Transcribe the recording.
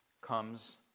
comes